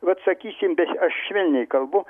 vat sakysim bet aš švelniai kalbu